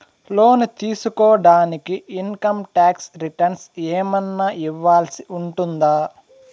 లోను తీసుకోడానికి income tax returns ఏమన్నా ఇవ్వాల్సి ఉంటుందా